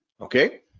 Okay